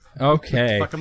Okay